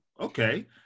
okay